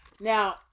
Now